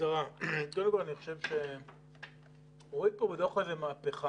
קודם כול, אני חושב שרואים פה בדוח הזה מהפכה.